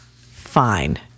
fine